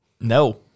No